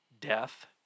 death